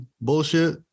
bullshit